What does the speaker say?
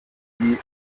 die